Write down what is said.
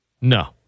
No